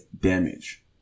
damage